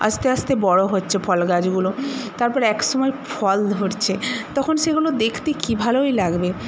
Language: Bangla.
আস্তে আস্তে বড়ো হচ্ছে ফলগাছগুলো তারপর এক সময় ফল ধরছে তখন সেগুলো দেখতে কি ভালোই লাগবে